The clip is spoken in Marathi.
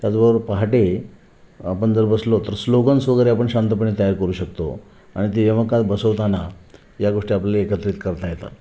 त्याचबरो पहाटे आपण जर बसलो तर स्लोगन्स वगैरे आपण शांतपणे तयार करू शकतो आणि ते यमकात बसवताना या गोष्टी आपल्याला एकत्रित करता येतात